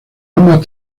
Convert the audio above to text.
armas